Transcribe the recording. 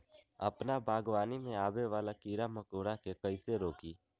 अपना बागवानी में आबे वाला किरा मकोरा के कईसे रोकी?